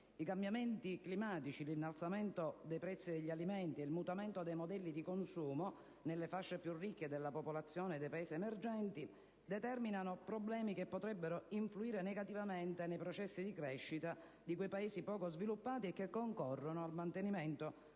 I cambiamenti climatici, l'innalzamento dei prezzi degli alimenti ed il mutamento dei modelli di consumo nelle fasce più ricche della popolazione dei Paesi emergenti determinano problemi che potrebbero influire negativamente nei processi di crescita di quei Paesi poco sviluppati e concorrono al mantenimento